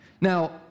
Now